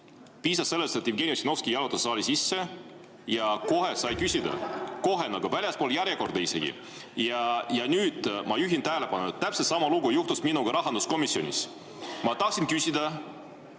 Piisas sellest, et Jevgeni Ossinovski jalutas saali sisse – ta sai kohe küsida. Kohe, väljaspool järjekorda. Ja nüüd ma juhin tähelepanu, et täpselt sama lugu juhtus minuga rahanduskomisjonis. Ma tahtsin küsida,